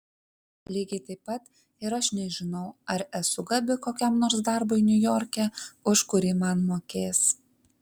lygiai taip pat ir aš nežinau ar esu gabi kokiam nors darbui niujorke už kurį man mokės